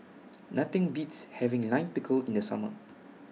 Nothing Beats having Lime Pickle in The Summer